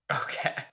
Okay